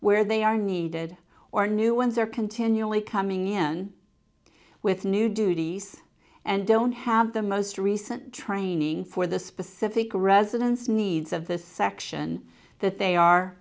where they are needed or new ones are continually coming in with new duties and don't have the most recent training for the specific residence needs of the section that they are